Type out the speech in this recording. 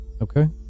Okay